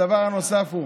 הדבר הנוסף הוא